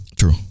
True